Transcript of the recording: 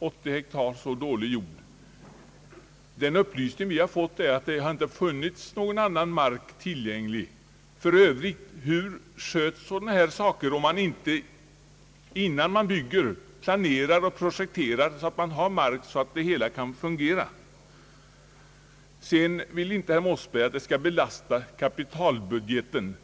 80 hektar mark som var så dålig. Ja, enligt de upplysningar som vi har fått har det inte funnits någon annan mark tillgänglig. Jag vill för övrigt fråga: Hur sköts sådana här angelägenheter, om man inte, innan man bygger, planerar och projekterar, ser till att man har mark så att det hela kan fungera? Herr Mossberger vill inte att detta skall belasta kapitalbudgeten.